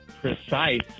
precise